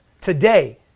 Today